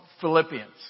Philippians